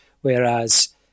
Whereas